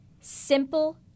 Simple